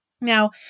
Now